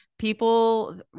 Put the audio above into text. People